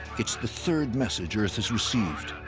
it's the third message earth has received,